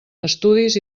estudis